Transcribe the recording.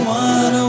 one